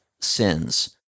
sins